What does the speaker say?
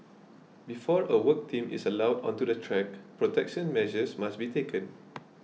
before a work team is allowed onto the track protection measures must be taken